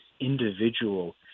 individual